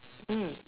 mm